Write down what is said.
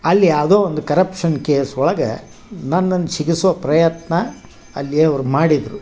ಅಲ್ಲಿ ಯಾವುದೋ ಒಂದು ಕರಪ್ಷನ್ ಕೇಸ್ ಒಳಗೆ ನನ್ನನ್ನು ಸಿಗಿಸೊ ಪ್ರಯತ್ನ ಅಲ್ಲಿಯವರು ಮಾಡಿದರು